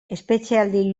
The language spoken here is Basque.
espetxealdi